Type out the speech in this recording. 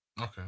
Okay